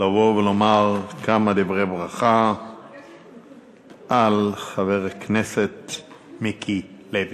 לבוא ולומר כמה דברי ברכה לחבר הכנסת מיקי לוי.